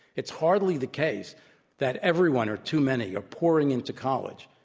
it's hardly the case that everyone or too many are pouring into college.